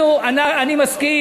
אנחנו, אני מסכים: